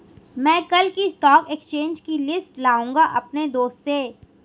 मै कल की stock exchange की लिस्ट लाऊंगा अपने दोस्त से